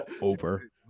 over